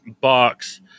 box